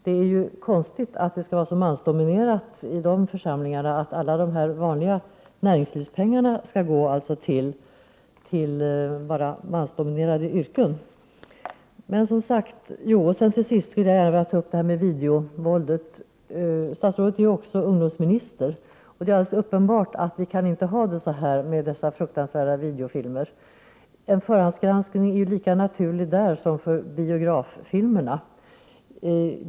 Det är egendomligt att det skall vara så mansdominerat i de församlingarna och att alla dessa pengar till näringslivet skall gå till mansdominerade yrken. Jag vill slutligen gärna ta upp frågan om videovåldet. Statsrådet är ju också ungdomsminister. Det är alldeles uppenbart att vi inte kan ha det så här med dessa fruktansvärda videofilmer. En förhandsgranskning är här lika naturlig som när det gäller biograffilmerna.